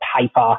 paper